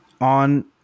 on